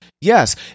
Yes